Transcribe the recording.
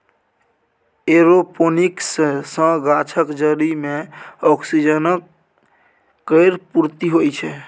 aeroponics सँ गाछक जरि मे ऑक्सीजन केर पूर्ती होइ छै